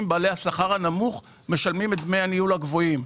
בעלי השכר הנמוך משלמים את דמי הניהול הגבוהים.